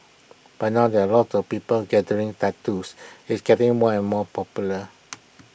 but now there are A lot of people gathering tattoos it's getting more and more popular